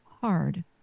hard